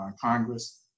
Congress